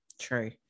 true